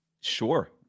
Sure